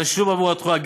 בתשלום בעבור התכולה,